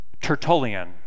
Tertullian